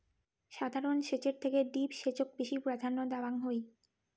সাধারণ সেচের থেকে ড্রিপ সেচক বেশি প্রাধান্য দেওয়াং হই